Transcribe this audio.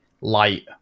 light